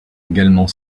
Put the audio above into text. également